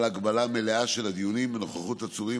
על הגבלה מלאה של הדיונים בנוכחות עצורים